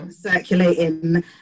circulating